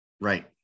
Right